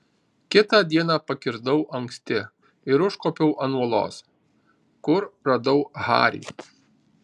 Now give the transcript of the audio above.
kitą dieną pakirdau anksti ir užkopiau ant uolos kur radau harį